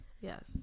yes